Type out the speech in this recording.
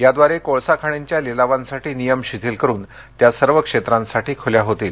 याद्वारे कोळसा खाणींच्या लिलावांसाठी नियम शिथिल करुन त्या सर्व क्षेत्रांसाठी खुल्या होतील